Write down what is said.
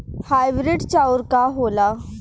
Hybrid चाउर का होला?